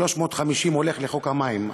350 הולך לחוק המים,